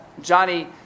Johnny